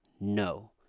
No